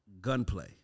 Gunplay